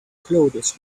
clothes